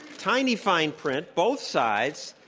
tiny fine print, both sides,